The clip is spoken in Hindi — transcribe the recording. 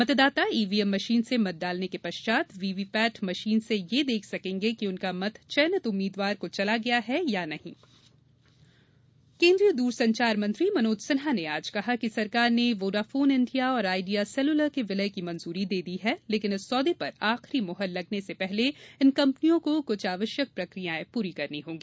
मतदाता ईव्हीएम मशीन से मत डालने के पश्चात व्हीव्हीपेट मशीन से यह देख सकेंगे कि उनका मत चयनित उम्मीदवार को चला गया है मनोज सिन्हा द्रसंचार मंत्री मनोज सिन्हा ने आज कहा कि सरकार ने वोडाफोन इंडिया और आइडिया सेलुलर के विलय की मंजूरी दे दी है लेकिन इस सौदे पर आखिरी मुहर लगने से पहले इन कंपनियों को कृछ आवश्यक प्रक्रियाएं पूरी करनी होंगी